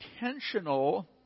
intentional